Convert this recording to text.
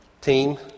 team